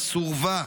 וסורבה.